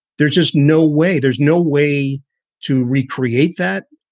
there's just no way there's no way to recreate that.